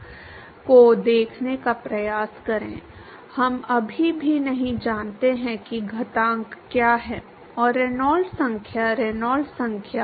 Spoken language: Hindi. हमने यह नहीं माना था कि हमने केवल यह कहा है कि यह एक फ्लैट प्लेट है लेकिन अगर हम कहें कि यह लैप्लासियन और कार्टेशियन निर्देशांक होने के बजाय सिलेंडर है तो आपके पास बेलनाकार निर्देशांक में लाप्लासियन होगा